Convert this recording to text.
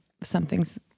something's